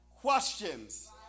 questions